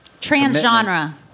transgenre